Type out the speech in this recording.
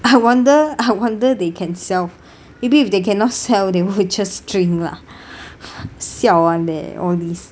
I wonder I wonder they can sell even if they cannot sell they would just drink lah siao [one] leh all these